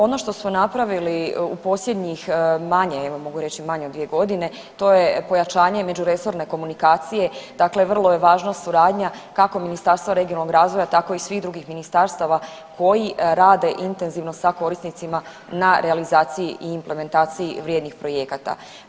Ono što smo napravili u posljednjih manje, evo mogu reći manje od 2.g. to je pojačanje međuresorne komunikacije, dakle vrlo je važna suradnja kako Ministarstva regionalnog razvoja tako i svih drugih ministarstava koji rade intenzivno sa korisnicima na realizaciji i implementaciji vrijednih projekata.